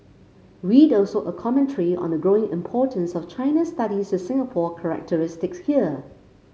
read also a commentary on the growing importance of China studies with Singapore characteristics here